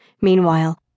Meanwhile